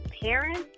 parents